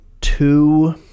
two